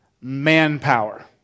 manpower